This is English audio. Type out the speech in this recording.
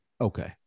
Okay